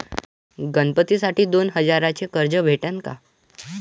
गणपतीसाठी दोन हजाराचे कर्ज भेटन का?